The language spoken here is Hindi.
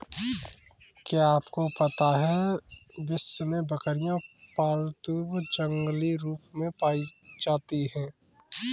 क्या आपको पता है विश्व में बकरियाँ पालतू व जंगली रूप में पाई जाती हैं?